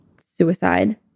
suicide